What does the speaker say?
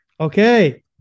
Okay